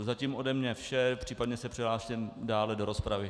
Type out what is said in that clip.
To je zatím ode mě vše, případně se přihlásím dále do rozpravy.